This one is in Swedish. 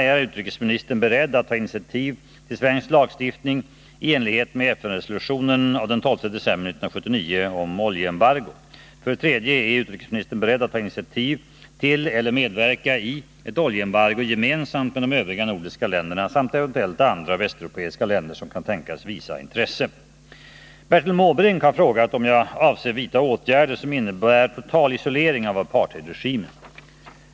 Är utrikesministern beredd att ta initiativ till svensk lagstiftning i enlighet med FN-resolutionen av den 12 december 1979 om oljeembargo? 3. Är utrikesministern beredd att ta initiativ till eller medverka i ett oljeembargo gemensamt med de övriga nordiska länderna samt eventuellt andra västeuropeiska länder som kan tänkas visa intresse ? Bertil Måbrink har frågat om jag avser vidta åtgärder som innebär total isolering av apartheidregimen.